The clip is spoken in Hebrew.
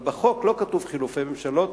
אבל בחוק לא כתוב "חילופי ממשלות",